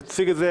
תציג את זה